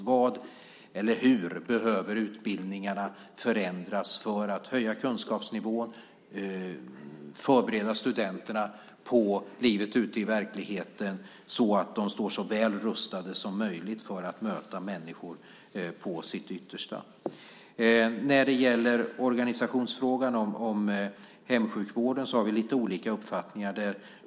Frågan är hur man behöver förändra utbildningarna för att höja kunskapsnivån och förbereda studenterna på livet ute i verkligheten så att de står så väl rustade som möjligt för att möta människor som ligger på sitt yttersta. När det gäller organisationsfrågan om hemsjukvården har vi lite olika uppfattningar.